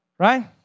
Right